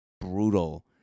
brutal